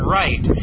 right